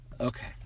Okay